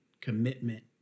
commitment